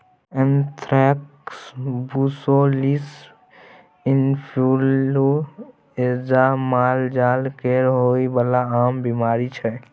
anthrax, brucellosis influenza मालजाल केँ होइ बला आम बीमारी छै